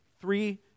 Three